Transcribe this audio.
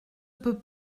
peut